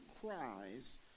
cries